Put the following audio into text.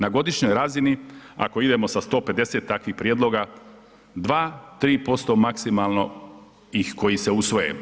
Na godišnjoj razini ako idemo sa 150 takvih prijedloga 2, 3% maksimalno ih koji se usvoje.